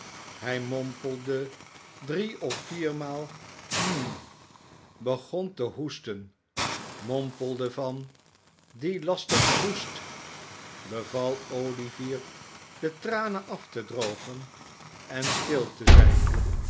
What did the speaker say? hij mompelde drie of viermaal hm begon te hoesten mompelde van die lastige hoest beval olivier de tranen af te drogen en stil te zijn